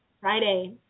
Friday